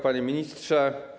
Panie Ministrze!